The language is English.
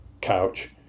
couch